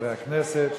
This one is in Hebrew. חברי הכנסת,